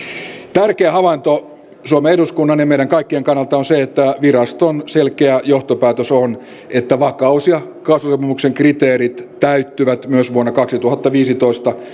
tärkeä havainto suomen eduskunnan ja meidän kaikkien kannalta on se että viraston selkeä johtopäätös on että vakaus ja kasvusopimuksen kriteerit täyttyvät myös vuonna kaksituhattaviisitoista